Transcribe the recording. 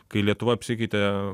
kai lietuva apsikeitė